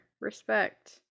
respect